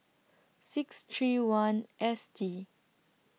six three one S T